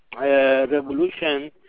revolution